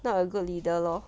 not a good leader lor